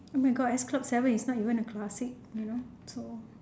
oh my god s club seven is not even a classic you know so